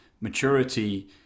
maturity